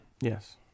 Yes